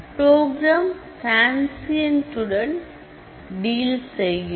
program transient உடன் டில் செய்யும்